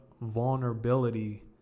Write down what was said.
vulnerability